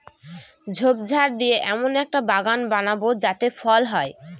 ঝোপঝাড় দিয়ে এমন একটা বাগান বানাবো যাতে ফল হয়